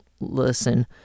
listen